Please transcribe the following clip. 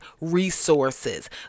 resources